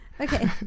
Okay